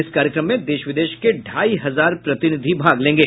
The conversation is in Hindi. इस कार्यक्रम में देश विदेश के ढाई हजार प्रतिनिधि भाग लेंगे